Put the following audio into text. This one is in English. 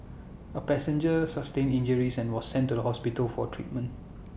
A passenger sustained injuries and was sent to the hospital for treatment